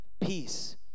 Peace